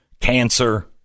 cancer